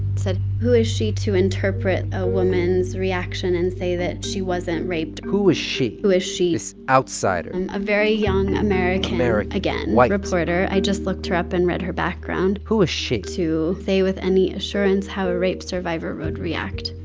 said, who is she to interpret a woman's reaction and say that she wasn't raped? who was she? who was she? this outsider and a very young american. american. again. white. reporter. i just looked her up and read her background who is she. to say with any assurance how a rape survivor would react?